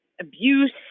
abuse